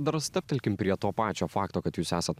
dar stabtelkim prie to pačio fakto kad jūs esat